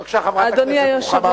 בבקשה, חברת הכנסת רוחמה אברהם.